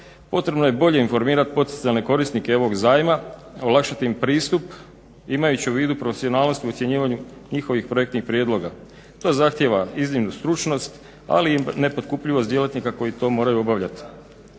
Potrebno je bolje informirati potencijalne korisnike ovog zajma, olakšati im pristup imajući u vidu profesionalnost u ocjenjivanju njihovih projektnih prijedloga. To zahtjeva iznimnu stručnost ali i nepotkupljivost djelatnika koji to moraju obavljati.